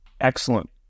Excellent